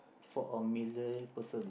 for a misery person